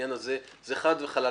בעניין הזה, זה חד וחלק.